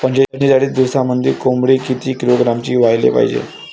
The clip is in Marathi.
पंचेचाळीस दिवसामंदी कोंबडी किती किलोग्रॅमची व्हायले पाहीजे?